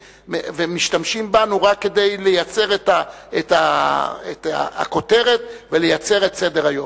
ומשתמשים בו רק כדי לייצר את הכותרת ולייצר את סדר-היום.